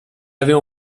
avait